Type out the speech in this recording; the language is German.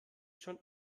schon